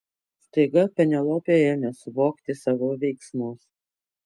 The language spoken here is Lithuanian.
staiga penelopė ėmė suvokti savo veiksmus